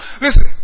Listen